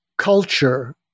Culture